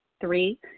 three